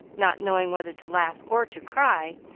not knowing whether to laugh or to cry,